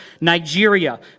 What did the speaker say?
Nigeria